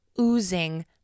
oozing